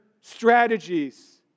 strategies